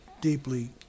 deeply